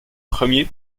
premier